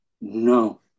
no